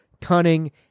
cunning